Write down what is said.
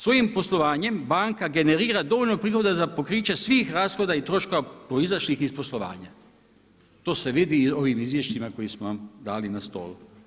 Svojim poslovanjem banka generira dovoljno prihoda za pokriće svih rashoda i troškova proizašlih iz poslovanja, to se u ovim izvješćima koje smo vam dali na stol.